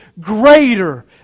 greater